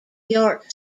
york